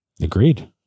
Agreed